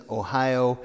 ohio